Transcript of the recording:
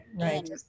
right